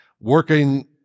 working